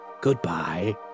goodbye